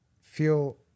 feel